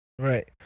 Right